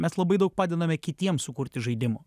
mes labai daug padedame kitiems sukurti žaidimų